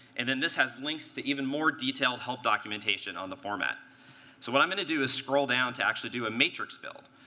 and then this has links to even more detailed help documentation on the format. so what i'm going to do is scroll down to actually do a matrix build.